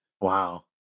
Wow